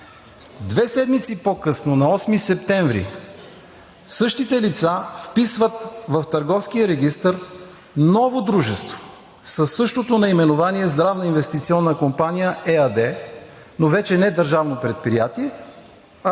Две седмици по-късно, на 8 септември, същите лица вписват в Търговския регистър ново дружество със същото наименование – „Здравна инвестиционна компания“ ЕАД, но вече не държавно предприятие, а